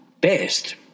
best